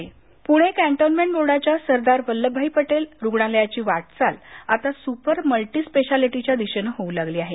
सरदार पटेल रूग्णालय पूणे कॅन्टोन्मेंट बोर्डाच्या सरदार वल्लभभाई पटेल रूग्णालयाची वाटचाल आता सूपर मल्टीस्पेशालिटीच्या दिशेनं होऊ लागली आहे